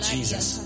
Jesus